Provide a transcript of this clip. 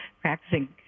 practicing